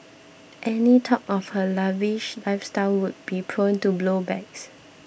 any talk of her lavish lifestyle would be prone to blow backs